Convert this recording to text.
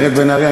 גברת בן ארי,